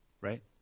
Right